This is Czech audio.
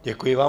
Děkuji vám.